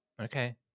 Okay